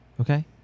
Okay